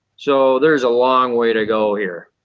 so there's a long way to go here.